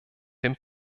dem